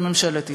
בממשלת ישראל.